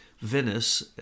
Venice